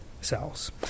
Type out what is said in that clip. cells